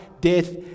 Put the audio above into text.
death